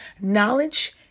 knowledge